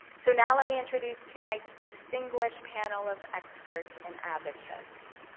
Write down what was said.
so now, let me introduce tonight's distinguished panel of experts and advocates.